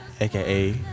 aka